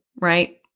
right